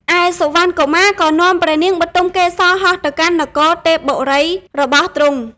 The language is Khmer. ឯសុវណ្ណកុមារក៏នាំព្រះនាងបទុមកេសរហោះទៅកាន់នគរទេពបុរីរបស់ទ្រង់។